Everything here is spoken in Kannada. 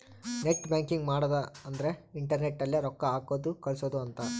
ನೆಟ್ ಬ್ಯಾಂಕಿಂಗ್ ಮಾಡದ ಅಂದ್ರೆ ಇಂಟರ್ನೆಟ್ ಅಲ್ಲೆ ರೊಕ್ಕ ಹಾಕೋದು ಕಳ್ಸೋದು ಅಂತ